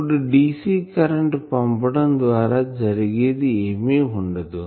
ఇప్పుడు dc current పంపడం ద్వారా జరిగేది ఏమి ఉండదు